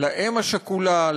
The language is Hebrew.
לאם השכולה,